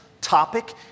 topic